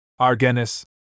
Argenis